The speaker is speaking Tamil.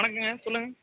வணக்கங்க சொல்லுங்கள்